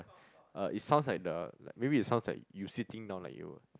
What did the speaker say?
uh it sounds like the maybe it sounds like you sitting down like you